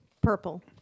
Purple